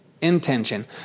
intention